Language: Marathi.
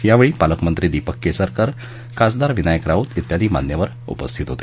यावेळी पालकमंत्री दीपक केसरकर खासदार विनायक राऊत इत्यादी मान्यवर उपस्थित होते